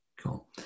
Cool